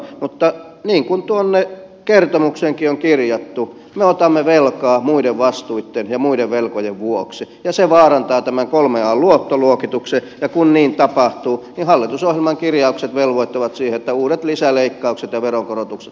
mutta niin kuin tuonne kertomukseenkin on kirjattu me otamme velkaa muiden vastuitten ja muiden velkojen vuoksi ja se vaarantaa kolmen an luottoluokituksen ja kun niin tapahtuu hallitusohjelman kirjaukset velvoittavat siihen että uudet lisäleikkaukset ja veronkorotukset lähtevät liikkeelle